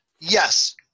yes